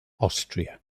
austria